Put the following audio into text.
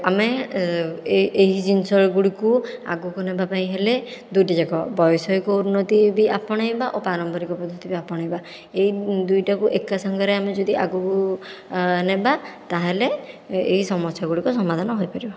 ଆମେ ଏହି ଜିନିଷ ଗୁଡ଼ିକୁ ଆଗକୁ ନେବା ପାଇଁ ହେଲେ ଦୁଇଟି ଯାକ ବୈଷୟିକ ଉନ୍ନତି ବି ଆପଣେଇବା ଓ ପାରମ୍ପରିକ ପଦ୍ଧତି ବି ଆପଣେଇବା ଏହି ଦୁଇଟାକୁ ଏକା ସାଙ୍ଗରେ ଆମେ ଯଦି ଆଗକୁ ନେବା ତାହେଲେ ଏହି ସମାସ୍ୟା ଗୁଡ଼ିକ ସମାଧାନ ହୋଇପାରିବ